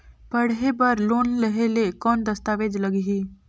पढ़े बर लोन लहे ले कौन दस्तावेज लगही?